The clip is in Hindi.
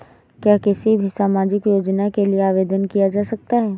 क्या किसी भी सामाजिक योजना के लिए आवेदन किया जा सकता है?